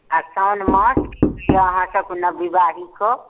आ साओन मास जे अहाँसभके नवविवाहितके